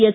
S